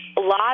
Lots